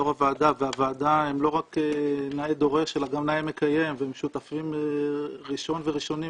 הם לא רק נאה דורש אלא גם נאה מקיים והם שותפים ראשון וראשונים